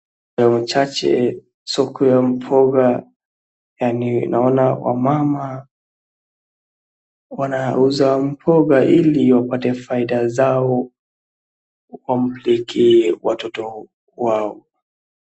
Wachache, soko ya mboga, yaani naona wamama wanauza mboga ili wapate faida zao wawapikie watoto wao.